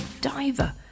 diver